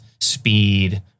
speed